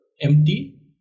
empty